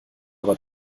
aber